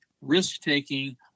risk-taking